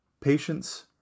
Patience